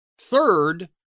third